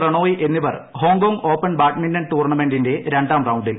പ്രണോയ് എന്നിവർ Hong Kong Open badminton ടൂർണമെന്റിന്റെ രണ്ടാം റൌണ്ടിൽ